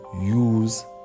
use